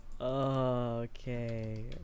Okay